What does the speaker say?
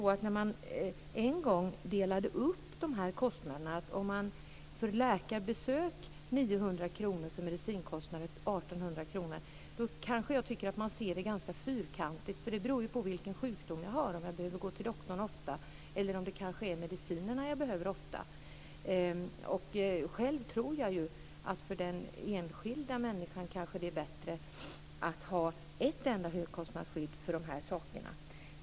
När man en gång delade upp de här kostnaderna - kr - kan jag tycka att man såg det ganska fyrkantigt. Det beror ju på vilken sjukdom jag har om jag behöver gå till doktorn ofta eller om det kanske är mediciner jag behöver ofta. Själv tror jag att för den enskilda människan kanske det är bättre att ha ett enda högkostnadsskydd för de här sakerna.